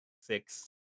six